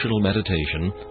meditation